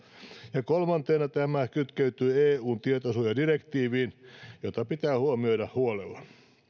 ja kolmantena tämä kytkeytyy eun tietosuojadirektiiviin joka pitää huomioida huolella